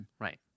Right